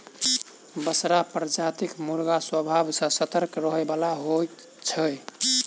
बसरा प्रजातिक मुर्गा स्वभाव सॅ सतर्क रहयबला होइत छै